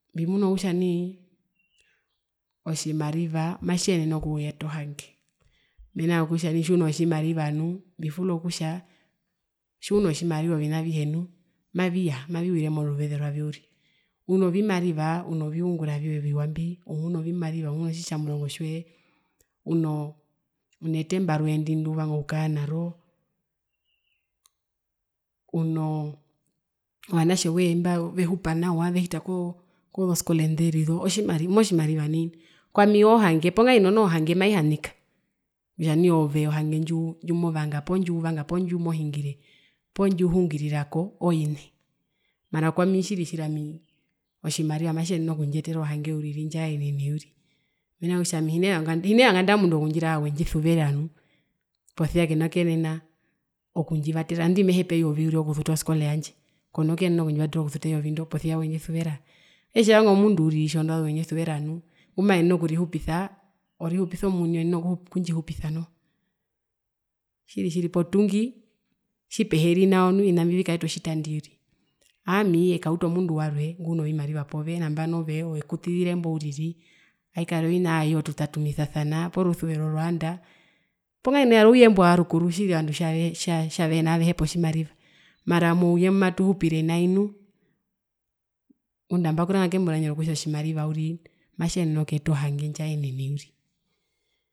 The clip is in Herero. Mbimuna kutja nai otjimariva matjiyenene okuyeta ohange orundu tjiuno tjimariva ovina avihe maviwire moruveze rwavyo uriri, uno vimariva uno viungura vyoye oviwa mbi umuna ovimariva umuna otjitjamurongo tjoye unoo unetemba roye ndi ndiuvanga okukara naro unoo vanatje imba vehupa nawa vehita kozoskole nderizo, otjimariva omotjimariva nai kwami oohange poo ngahino noho hange maihanika kutja nai ohange ndjiuvanga poo ndjiuhungirirako, ooine mara kwami tjiri tjiri otjimariva matjiyenene okundjiyetera ohange uriri ndjaenene uriri mena rokutja nai hinee vanga hinee vanga nandaee omundu okundjiraera kutja nii wendjisuvera nu posia kena kuyenena okundjivatera, nandii mehepa eyovi uriri okusuta oskole yandje kona kuyenena okundjivatera okusuta eyovi ndo posia wendjisuveraa? Etje vanga omundu uriri tjoondovazu wendjisuvera nu ngumaenen okurihupisa orihupisa omuni oenene okundjihupisa noho. tjiri tjiri potungi nu tjiri tjiri ovina mbyo vikauta otjitandi uriri aami ekauta omundu warwe ngunovimariva pove nambano aikarira ovina aayo tutatumisanana poo rusuvero rwaanda poo ngahino yari ouye imbo warukuru tjiri ovandu tjave tjavehena aavehepa otjimariva. mara mouye mumatuhupire nai nu, ngunda mbakurama kembo randje rokutja otjimariva matjiyenene okuyeta ohange ndjaenene uriri.